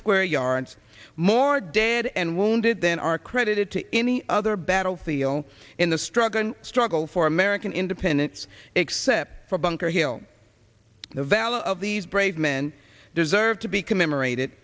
square yards more dead and wounded than are credited to any other battlefield in the struggle struggle for american independence except for bunker hill the valor of these brave men deserve to be commemorate